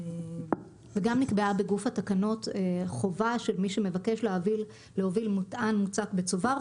וגם נקבעה בגוף התקנות חובה של מי שמבקש להוביל מטען מוצק בצובר.